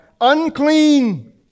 Unclean